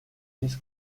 this